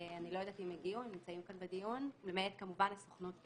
ל הוראת תשלום או דרישה מאת המוטב לביצוע פעולת